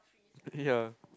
yea